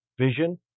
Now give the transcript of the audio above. vision